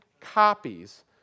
copies